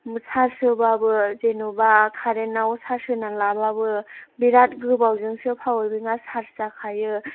charge होबाबो जेन'बा खारेनाव चार्ज होनानै लाबाबो बिराद गोबावजोंसो पावार बेंकआ चार्ज जाखायो